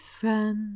friend